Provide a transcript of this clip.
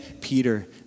Peter